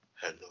Hello